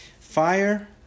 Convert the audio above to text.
Fire